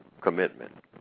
commitment